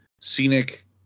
scenic